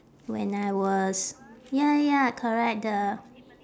when I was ya ya correct the